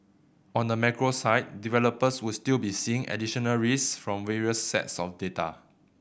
on the macro side developers would still be seeing additional risks from various sets of data